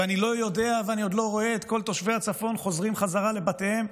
ואני לא יודע ואני עוד לא רואה את כל תושבי הצפון חוזרים חזרה לבתיהם.